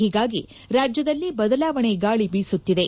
ಹೀಗಾಗಿ ರಾಜ್ಯದಲ್ಲಿ ಬದಲಾವಣೆ ಗಾಳಿ ಬೀಸುತ್ತಿದೆ